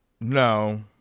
No